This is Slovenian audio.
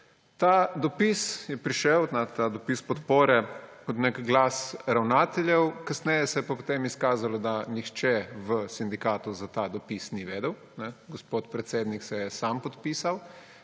Ta dopis podpore je prišel kot nek glas ravnateljev, kasneje se je pa izkazalo, da nihče v sindikatu za ta dopis ni vedel. Gospod predsednik se je sam podpisal,